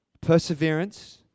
perseverance